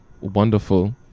wonderful